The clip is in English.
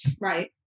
Right